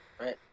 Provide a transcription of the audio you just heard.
Right